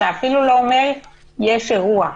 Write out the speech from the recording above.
אתה אפילו לא אומר שיש אירוע,